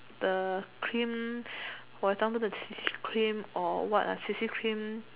the cream for example the C_C cream or what lah C_C cream